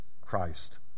Christ